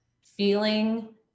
feeling